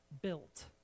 built